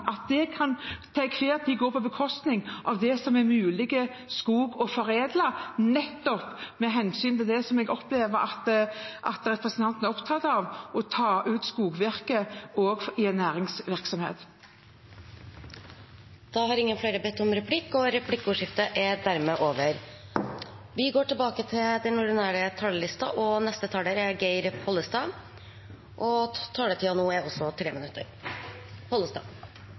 til enhver tid gå på bekostning av det som er mulig å foredle av skog, nettopp med hensyn til det som jeg opplever at representanten er opptatt av, å ta ut skogvirke også i en næringsvirksomhet. Replikkordskiftet er over. De talerne som heretter får ordet, har også en taletid på inntil 3 minutter. Senterpartiet er oppteke av klimapolitikk som verkar. Skogplanting og bruk av skogen er klimapolitikk som verkar. Det er